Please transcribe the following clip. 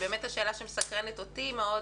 השאלה שמאוד מסקרנת אותי